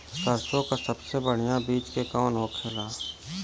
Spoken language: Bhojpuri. सरसों क सबसे बढ़िया बिज के कवन होला?